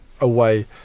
away